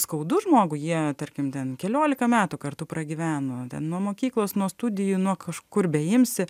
skaudu žmogui jie tarkim ten keliolika metų kartu pragyveno nuo mokyklos nuo studijų nuo kažkur beimsi